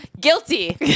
Guilty